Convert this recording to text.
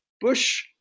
Bush